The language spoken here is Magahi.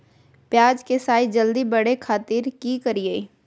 प्याज के साइज जल्दी बड़े खातिर की करियय?